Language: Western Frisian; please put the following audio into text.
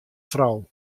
frou